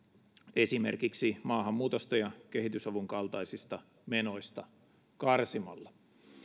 esimerkiksi maahanmuutosta ja kehitysavun kaltaisista menoista karsimalla